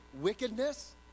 wickedness